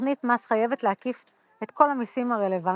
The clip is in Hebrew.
תוכנית מס חייבת להקיף את כל המיסים הרלוונטיים,